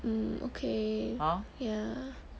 um okay ya